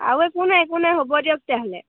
আৰু একো নাই একো নাই হ'ব দিয়ক তেতিয়াহ'লে